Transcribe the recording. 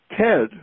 Ted